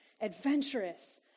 Adventurous